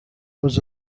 was